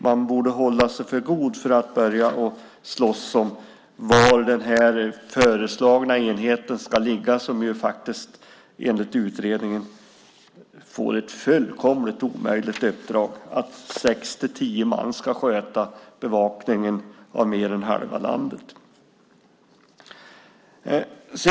Man borde hålla sig för god för att börja slåss om var den föreslagna enheten ska ligga som faktiskt enligt utredningen får ett fullkomligt omöjligt uppdrag - sex-tio man ska sköta bevakningen av mer än halva landet.